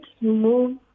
move